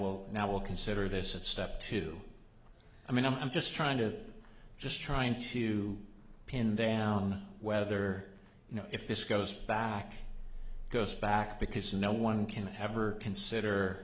we'll now we'll consider this of step two i mean i'm just trying to just trying to pin down whether you know if this goes back this back because no one can ever consider